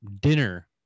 dinner